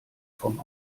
vom